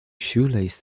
shoelace